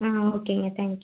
ஆ ஓகேங்க thank you